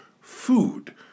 food